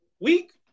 week